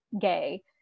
gay